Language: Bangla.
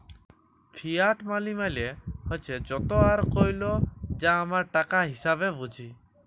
ফিয়াট মালি মালে হছে যত আর কইল যা আমরা টাকা হিসাঁবে বুঝি